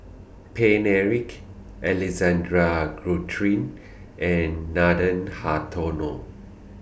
Paine Eric Alexander Guthrie and Nathan Hartono